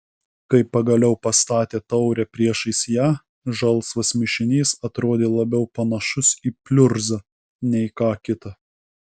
kai pagaliau pastatė taurę priešais ją žalsvas mišinys atrodė labiau panašus į pliurzą nei ką kitą